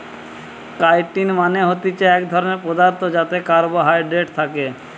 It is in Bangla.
কাইটিন মানে হতিছে এক ধরণের পদার্থ যাতে কার্বোহাইড্রেট থাকে